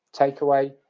takeaway